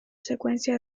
secuencia